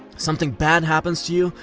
something bad happens to you,